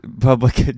public